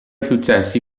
successi